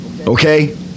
Okay